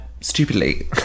stupidly